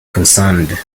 concerned